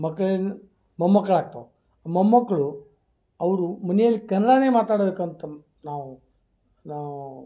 ಮಕ್ಳು ಏನು ಮೊಮ್ಮಕ್ಕಳು ಆಗ್ತಾವೆ ಮೊಮ್ಮಕ್ಕಳು ಅವರು ಮನೆಯಲ್ಲಿ ಕನ್ನಡನೇ ಮಾತಾಡ್ಬೇಕು ಅಂತ ನಾವು ನಾವೂ